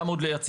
גם עוד לייצא,